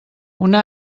una